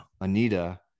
Anita